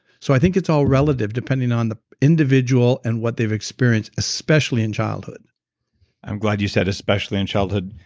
so i think it's all relative depending on the individual and what they've experienced, especially in childhood i'm glad you said especially in childhood.